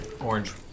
orange